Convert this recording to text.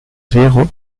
riego